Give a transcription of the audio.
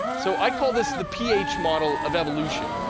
so i call this the p h. model of evolution,